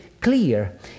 clear